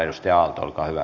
edustaja aalto olkaa hyvä